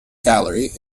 gallery